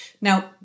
Now